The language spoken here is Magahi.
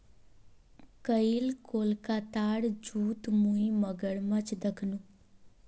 कईल कोलकातार जूत मुई मगरमच्छ दखनू